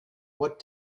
what